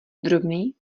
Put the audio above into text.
drobný